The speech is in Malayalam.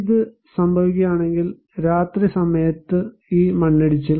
ഇത് സംഭവിക്കുകയാണെങ്കിൽ രാത്രി സമയത്ത് ഈ മണ്ണിടിച്ചിൽ